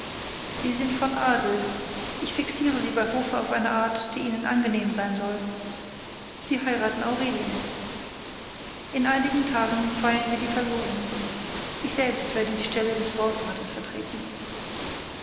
sie sind von adel ich fixiere sie bei hofe auf eine art die ihnen angenehm sein soll sie heiraten aurelien in einigen tagen feiern wir die verlobung ich selbst werde die stelle des brautvaters vertreten